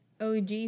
OG